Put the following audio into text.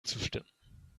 zustimmen